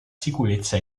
sicurezza